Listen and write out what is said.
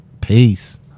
Peace